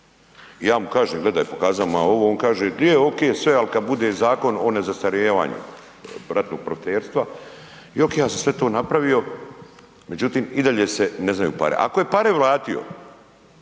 ja mu kažem, gledaj, pokazao mu ja ovo, on kaže je, ok ali kad bude Zakon o nezastarijevanju ratnog profiterstva, i ok, ja sam sve to napravio, međutim i dalje se ne znaju pare. Ako je pare vratio,